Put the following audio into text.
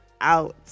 out